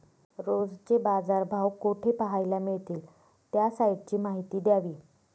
रोजचे बाजारभाव कोठे पहायला मिळतील? त्या साईटची माहिती द्यावी